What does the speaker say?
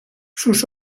sus